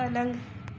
پلنگ